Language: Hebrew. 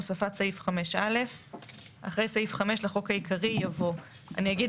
הוספת סעיף 5א. אחרי סעיף 5 לחוק העיקרי יבוא: אני אגיד